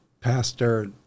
Pastor